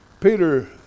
Peter